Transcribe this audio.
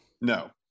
No